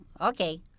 Okay